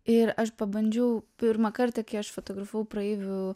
ir aš pabandžiau pirmą kartą kai aš fotografavau praeivių